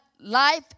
life